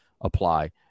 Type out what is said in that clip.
apply